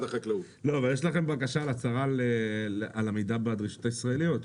אבל יש לכם בקשה להצהרה על עמידה בדרישות הישראליות.